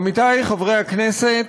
עמיתי חברי הכנסת,